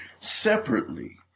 separately